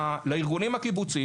לארגונים הקיבוצים